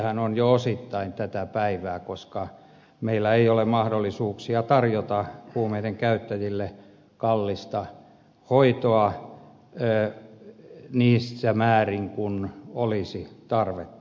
sehän on jo osittain tätä päivää koska meillä ei ole mahdollisuuksia tarjota huumeiden käyttäjille kallista hoitoa siinä määrin kuin olisi tarvetta